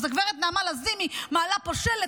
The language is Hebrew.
אז גב' נעמה לזימי מעלה פה שלט,